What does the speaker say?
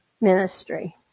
ministry